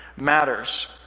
matters